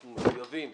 אנחנו מחויבים